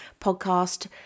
podcast